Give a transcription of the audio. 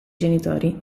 genitori